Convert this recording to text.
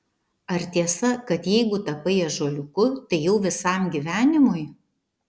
ar tiesa kad jeigu tapai ąžuoliuku tai jau visam gyvenimui